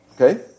Okay